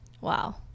Wow